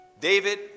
David